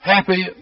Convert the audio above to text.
Happy